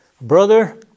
brother